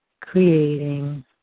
creating